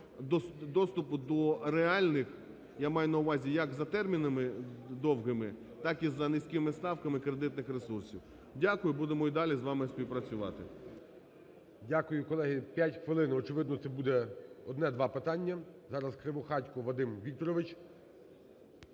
доступу до реальних, я маю на увазі, як за термінами довгими, так і за низькими ставками, кредитних ресурсів. Дякую. Будемо і далі з вами співпрацювати. ГОЛОВУЮЧИЙ. Дякую. Колеги, 5 хвилин. Очевидно, це буде одне-два питання. Зараз Кривохатько Вадим Вікторович.